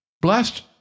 blessed